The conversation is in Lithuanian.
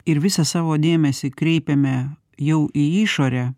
ir visą savo dėmesį kreipiame jau į išorę